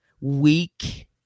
weak